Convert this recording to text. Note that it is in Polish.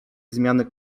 zmiany